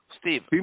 Steve